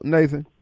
Nathan